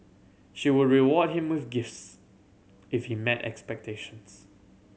she would reward him with gifts if he met expectations